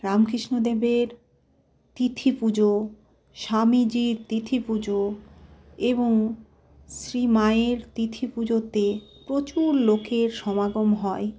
রামকৃষ্ণ দেবের তিথি পুজো স্বামীজির তিথি পুজো এবং শ্রী মায়ের তিথি পুজোতে প্রচুর লোকের সমাগম হয়